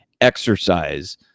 exercise